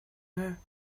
her